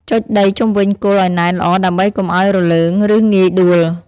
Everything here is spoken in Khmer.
ចុចដីជុំវិញគល់ឲ្យណែនល្អដើម្បីកុំឲ្យរលើង ឬងាយដួល។